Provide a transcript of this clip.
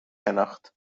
شناخت